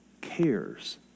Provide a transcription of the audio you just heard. cares